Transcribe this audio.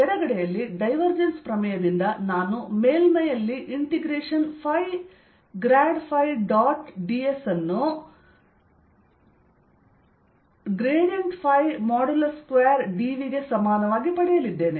ಎಡಗಡೆಯಲ್ಲಿ divergence ಪ್ರಮೇಯದಿಂದ ನಾನು ಮೇಲ್ಮೈಯಲ್ಲಿ ಇಂಟೆಗ್ರೇಶನ್ ϕ ಗ್ರಾಡ್ ϕ ಡಾಟ್ dS ಅನ್ನು 2dV ಗೆ ಸಮಾನವಾಗಿ ಪಡೆಯಲಿದ್ದೇನೆ